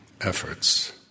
efforts